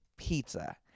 pizza